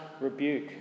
rebuke